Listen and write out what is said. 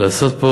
לעשות פה,